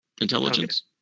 intelligence